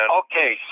okay